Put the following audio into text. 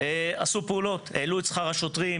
עשו פעולות: העלו שכר השוטרים,